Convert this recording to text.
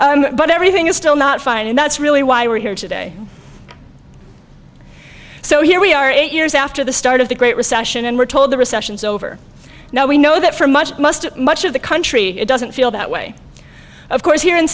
great but everything is still not fine and that's really why we're here today so here we are eight years after the start of the great recession and we're told the recession is over now we know that for much must much of the country doesn't feel that way of course here in